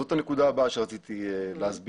זו הנקודה הבאה שרציתי להסביר.